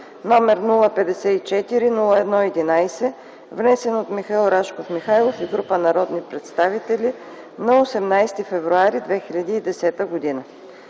№ 054-01-11, внесен от Михаил Рашков Михайлов и група народни представители на 18 февруари 2010 г.